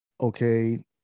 okay